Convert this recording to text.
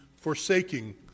forsaking